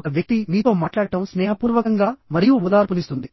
ఒక వ్యక్తి మీతో మాట్లాడటం స్నేహపూర్వకంగా మరియు ఓదార్పునిస్తుంది